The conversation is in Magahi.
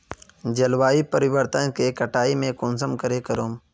जलवायु परिवर्तन के कटाई में कुंसम करे करूम?